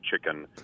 chicken